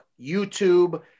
YouTube